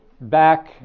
back